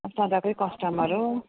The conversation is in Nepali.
अब सदाकै कस्टमर हो